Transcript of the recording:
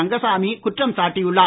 ரங்கசாமி குற்றம் சாட்டியுள்ளார்